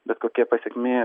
bet kokia pasekmė